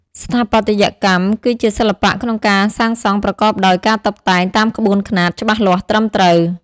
ស្ថាបត្យកម្ម គឺជាសិល្បៈក្នុងការសាងសង់ប្រកបដោយការតុបតែងតាមក្បួនខ្នាត ច្បាស់លាស់ត្រឹមត្រូវ។